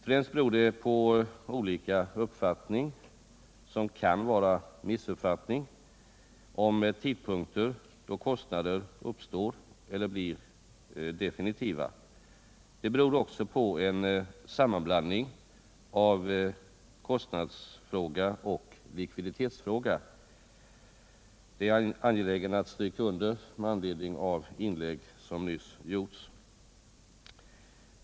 Främst beror det på olika uppfattning — som kan vara missuppfattning —- om tidpunkter då kostnader uppstår eller blir definitiva. Det beror också på en sammanblandning av kostnadsfråga och likviditetsfråga. Det är jag angelägen att stryka under med anledning av inlägg som nyss gjorts.